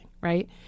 right